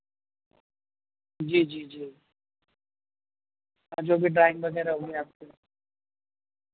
جی جی جی اور جو بھی ڈرائنگ وغیرہ ہو گئے آپ کے